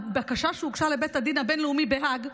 בקשה שהוגשה לבית הדין הבין-לאומי בהאג: